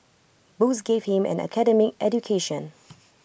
books gave him an academic education